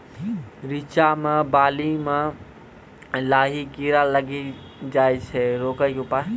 रिचा मे बाली मैं लाही कीड़ा लागी जाए छै रोकने के उपाय?